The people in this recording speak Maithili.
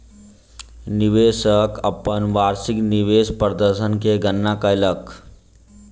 निवेशक अपन वार्षिक निवेश प्रदर्शन के गणना कयलक